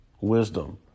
wisdom